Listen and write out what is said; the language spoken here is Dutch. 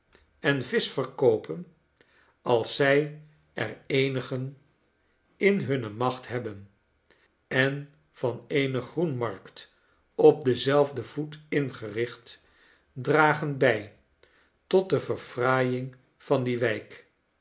en visch verkoopen als zij er eenigen in hunne macht hebben en van eene groenmarkt op denzelfden voet ingericht dragen bij tot de verfraaiing van die wijk